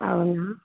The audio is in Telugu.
అవునా